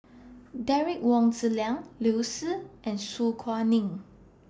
Derek Wong Zi Liang Liu Si and Su Guaning